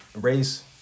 race